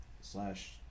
slash